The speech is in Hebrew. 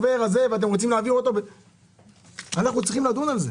אנחנו צריכים לדון על זה.